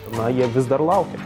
na jie vis dar laukia